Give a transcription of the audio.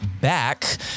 back